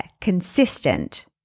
consistent